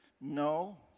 No